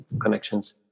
connections